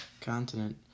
continent